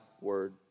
word